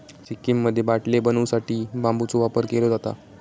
सिक्कीममध्ये बाटले बनवू साठी बांबूचा वापर केलो जाता